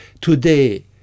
today